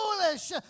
foolish